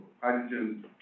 hydrogen